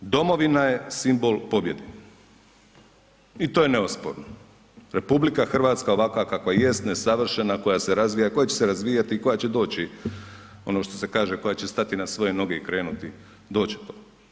Domovina je simbol pobjede i to je neosporno, RH ovakva kakva jest nesavršena, koja se razvija, koja će se razvijati i koja će doći, ono što se kaže, koja će stati na svoje noge i krenuti, doći će to.